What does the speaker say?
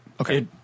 okay